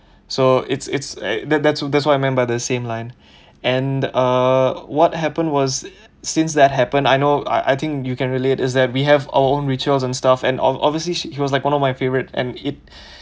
so it's it's that that's that's why I meant by the same line and uh what happened was since that happened I know I I think you can relate is that we have our own rituals and stuff and ob~ obviously he was like one of my favorite and it